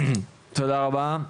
תודה רבה,